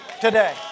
today